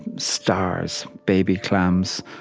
stars, baby clams,